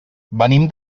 venim